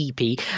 ep